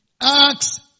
Acts